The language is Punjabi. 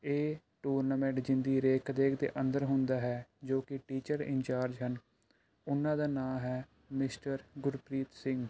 ਇਹ ਟੂਰਨਾਮੈਂਟ ਜਿਹਨਾਂ ਦੀ ਰੇਖ ਦੇਖ ਦੇ ਅੰਦਰ ਹੁੰਦਾ ਹੈ ਜੋ ਕਿ ਟੀਚਰ ਇੰਨਚਾਰਜ ਹਨ ਉਹਨਾ ਦਾ ਨਾਂ ਹੈ ਮਿਸਟਰ ਗੁਰਪ੍ਰੀਤ ਸਿੰਘ